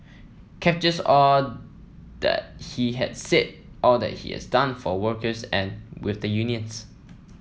captures all that he had said all that he has done for workers and with the unions